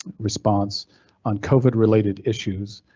response on covid related issues,